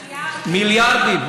מיליארדים.